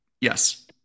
yes